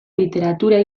literatura